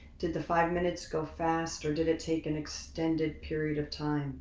did the five minutes go fast or did it take an extended period of time